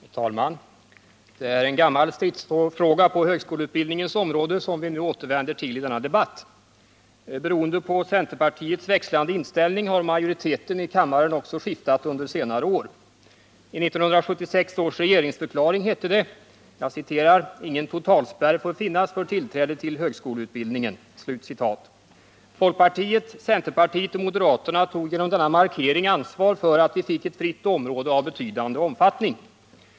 Herr talman! Det är en gammal stridsfråga på högskoleutbildningens område som vi nu återvänder till i denna debatt. Beroende på centerpartiets växlande inställning i denna fråga har majoriteten i kammaren också skiftat under senare år. I 1976 års regeringsförklaring hette det: ”Ingen totalspärr får finnas för tillträde till högskoleutbildning.” Folkpartiet, centerpartiet och moderaterna tog genom denna markering ansvar för att vi fick ett fritt område av betydande omfattning.